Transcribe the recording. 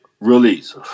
release